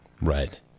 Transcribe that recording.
Right